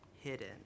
hidden